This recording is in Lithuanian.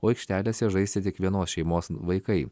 o aikštelėse žaisti tik vienos šeimos vaikai